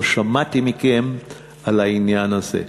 לא שמעתי מכם על העניין הזה,